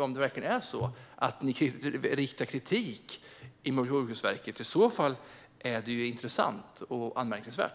om det verkligen är så att ni riktar kritik mot Jordbruksverket. I så fall vore det intressant och anmärkningsvärt.